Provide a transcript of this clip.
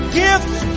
gifts